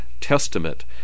Testament